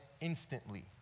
instantly